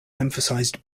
emphasized